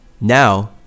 now